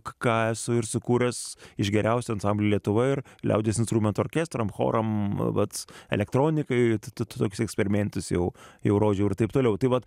ką esu ir sukūręs iš geriausių ansamblių lietuvoj ir liaudies instrumentų orkestram choram vat elektronikai tad toksius eksperimentus jau jau rodžiau ir taip toliau tai vat